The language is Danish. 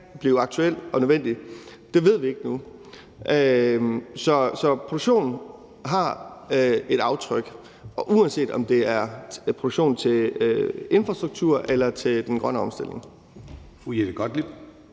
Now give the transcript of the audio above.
blive aktuel og nødvendig. Det ved vi ikke endnu. Så produktionen har et aftryk, uanset om det er produktion til infrastruktur eller til den grønne omstilling.